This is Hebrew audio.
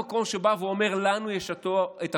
הוא נמצא במקום שבא ואומר: לנו יש את הכוח,